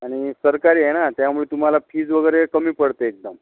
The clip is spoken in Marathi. आणि सरकारी आहे ना त्यामुळे तुम्हाला फीज वगैरे कमी पडते एकदम